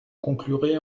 conclurai